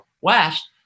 West